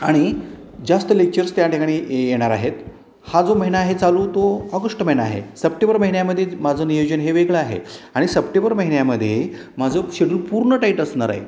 आणि जास्त लेक्चर्स त्या ठिकाणी येणार आहेत हा जो महिना आहे चालू तो ऑगस्ट महिना आहे सप्टेंबर महिन्यामध्येच माझं नियोजन हे वेगळं आहे आणि सप्टेबर महिन्यामध्ये माझं शेड्यूल पूर्ण टाईट असनार आहे